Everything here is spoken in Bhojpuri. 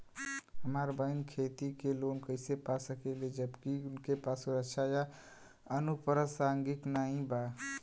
हमार बहिन खेती के लोन कईसे पा सकेली जबकि उनके पास सुरक्षा या अनुपरसांगिक नाई बा?